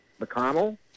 mcconnell